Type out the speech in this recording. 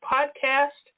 Podcast